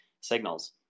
signals